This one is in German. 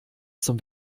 zum